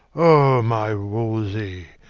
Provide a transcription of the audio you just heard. o my wolsey,